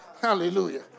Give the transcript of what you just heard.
Hallelujah